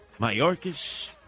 Mayorkas